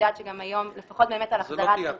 זו לא תהיה התניה.